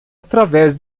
através